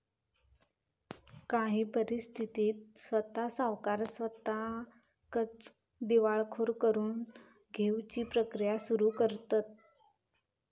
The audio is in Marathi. काही परिस्थितीत स्वता सावकार स्वताकच दिवाळखोर करून घेउची प्रक्रिया सुरू करतंत